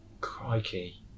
Crikey